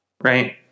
right